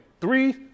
three